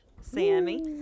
Sammy